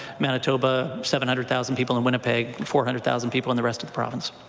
manitoba, seven hundred thousand people in winnipeg, four hundred thousand people in the rest of the province.